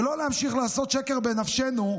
ולא להמשיך לעשות שקר בנפשנו,